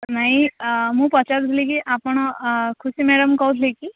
ନାଇଁ ଅ ମୁଁ ପଚାରୁଥିଲି କି ଆପଣ ଅ ଖୁସି ମ୍ୟାଡ଼ାମ୍ କହୁଥିଲେ କି